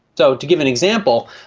so, to give an example,